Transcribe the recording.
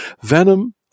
venom